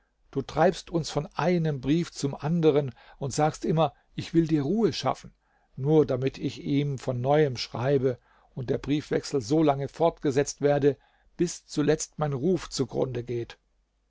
du treibst uns von einem brief zum anderen und sagst immer ich will dir ruhe schaffen nur damit ich ihm von neuem schreibe und der briefwechsel solange fortgesetzt werde bis zuletzt mein ruf zugrunde geht